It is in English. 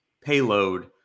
payload